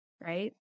right